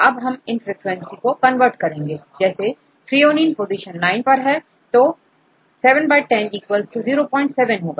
अब हम इन फ्रीक्वेंसी को कन्वर्ट करेंगे जैसे therionine पोजीशन 9पर है तो 7 10 07होगा